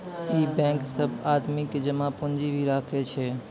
इ बेंक सब आदमी के जमा पुन्जी भी राखै छै